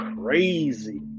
crazy